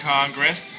Congress